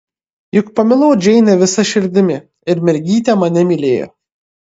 juk pamilau džeinę visa širdimi ir mergytė mane mylėjo